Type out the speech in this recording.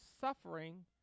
suffering